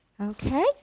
Okay